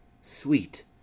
sweet